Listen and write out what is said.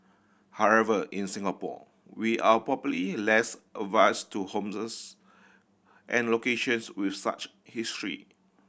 however in Singapore we are probably less averse to homes and locations with such history